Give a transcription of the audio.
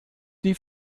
die